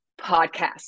podcast